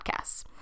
Podcasts